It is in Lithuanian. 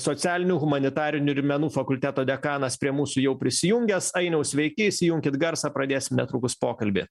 socialinių humanitarinių ir menų fakulteto dekanas prie mūsų jau prisijungęs ainiau sveiki įsijunkit garsą pradėsim netrukus pokalbį